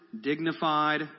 dignified